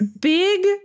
Big